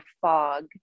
fog